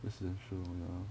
residential oh ya hor